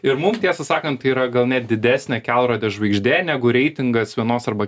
ir mum tiesą sakant tai yra gal net didesnė kelrodė žvaigždė negu reitingas vienos arba